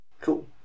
Cool